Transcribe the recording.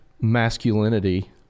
masculinity